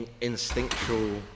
instinctual